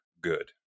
good